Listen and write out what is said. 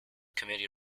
committee